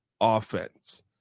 offense